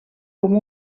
com